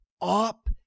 up